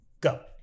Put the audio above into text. go